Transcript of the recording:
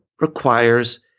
requires